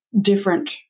different